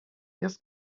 jest